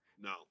No